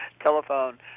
telephone